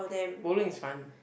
bowling is fun